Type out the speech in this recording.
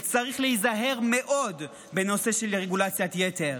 וצריך להיזהר מאוד בנושא של רגולציית יתר.